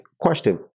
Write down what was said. question